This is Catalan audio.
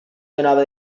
donava